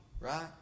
right